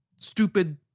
stupid